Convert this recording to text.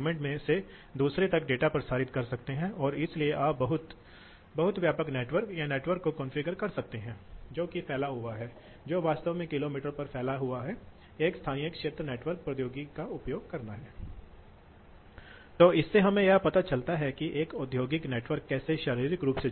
लेकिन तीसरी विधि क्या है तीसरी विधि है जो कि बहुत ही ऊर्जा बचत करने वाली विधि है चर गति पंखा नियंत्रण है इसलिए आप कोई नुकसान नहीं डालते हैं बल्कि आप पंखे की गति को बदलते हैं और जब आप इसे कम करते हैं कम प्रवाह की आवश्यकता होती है लेकिन इसके लिए आपको